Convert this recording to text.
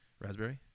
raspberry